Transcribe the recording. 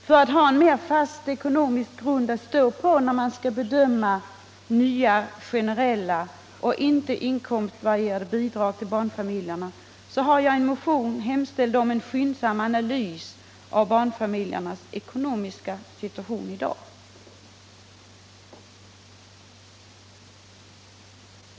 För att ha en mera fast ekonomisk grund att stå på när man skall Allmänpolitisk debatt Allmänpolitisk debatt bedöma nya generella och inte inkomstvarierade bidrag till barnfamiljerna har jag i en motion hemställt om en skyndsam analys av barnfamiljernas ekonomiska situation i dag.